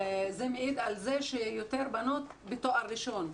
זה מעיד על זה שיותר בנות בתואר ראשון,